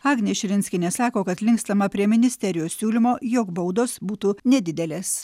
agnė širinskienė sako kad linkstama prie ministerijos siūlymo jog baudos būtų nedidelės